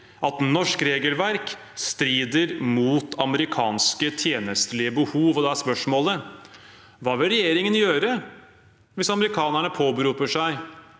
norsk regelverk strider mot amerikanske tjenstlige behov. Da er spørsmålet: Hva vil regjeringen gjøre hvis amerikanerne påberoper seg